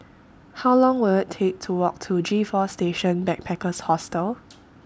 How Long Will IT Take to Walk to G four Station Backpackers Hostel